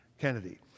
Kennedy